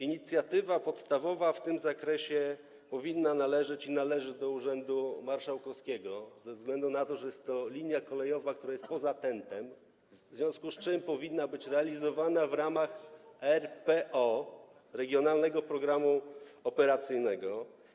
Inicjatywa podstawowa w tym zakresie powinna należeć i należy do urzędu marszałkowskiego ze względu na to, że jest to linia kolejowa, która jest poza TENT-em, w związku z czym powinna być realizowana w ramach RPO, regionalnego programu operacyjnego.